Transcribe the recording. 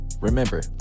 Remember